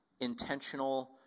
intentional